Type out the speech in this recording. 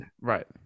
right